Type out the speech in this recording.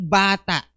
bata